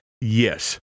yes